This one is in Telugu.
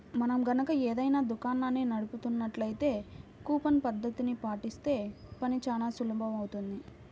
మనం గనక ఏదైనా దుకాణాన్ని నడుపుతున్నట్లయితే కూపన్ పద్ధతిని పాటిస్తే పని చానా సులువవుతుంది